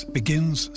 begins